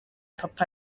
papa